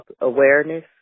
awareness